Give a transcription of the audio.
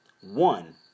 One